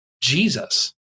Jesus